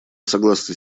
согласны